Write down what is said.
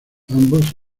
ambos